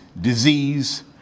disease